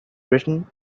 written